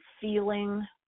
feeling